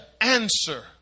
answer